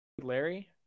Larry